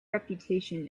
reputation